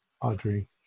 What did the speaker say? Audrey